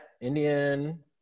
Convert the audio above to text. indian